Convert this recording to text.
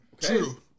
True